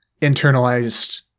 internalized